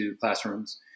classrooms